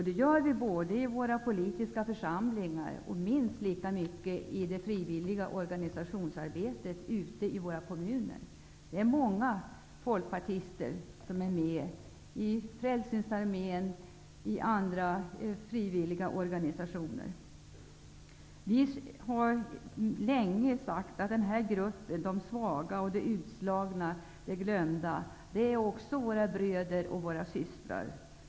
Det gör vi i de politiska församlingarna och minst lika mycket i de frivilliga organisationerna ute i kommunerna. Det är många folkpartister som är med i Frälsningsarmén och i andra frivilliga organisationer. Vi har länge sagt att de svaga, de utslagna och de glömda också är våra bröder och systrar.